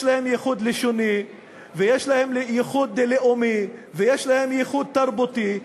שיש להם ייחוד לשוני ויש להם ייחוד לאומי ויש להם ייחוד תרבותי.